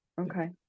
okay